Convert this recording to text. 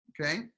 okay